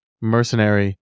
Mercenary